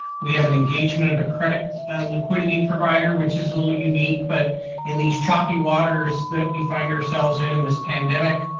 we have an engagement of a kind of liquidity provider, which is a little unique, but in these choppy waters that we find ourselves in, in this pandemic,